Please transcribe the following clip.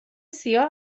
سیاه